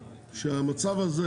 כי אין ספק שהמצב הזה,